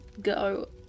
go